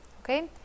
Okay